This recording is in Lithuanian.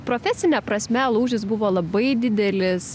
profesine prasme lūžis buvo labai didelis